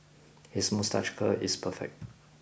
his moustache curl is perfect